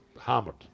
Hammered